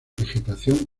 vegetación